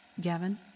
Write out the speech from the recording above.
Gavin